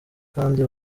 kandi